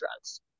drugs